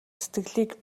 сэтгэлийг